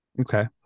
Okay